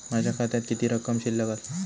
माझ्या खात्यात किती रक्कम शिल्लक आसा?